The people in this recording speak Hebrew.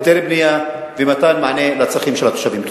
היתר בנייה ומתן מענה על הצרכים של התושבים.